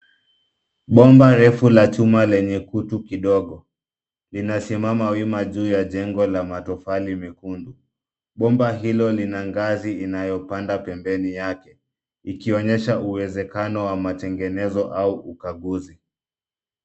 Bomba refu la chuma lenye kutu kidogo. Linasimama wima juu ya jengo la matofali mekundu. Bomba hilo lina ngazi inayopanda pembeni yake. Ikionyesha uwezekano wa matengenezo au ukaguzi.